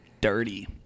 dirty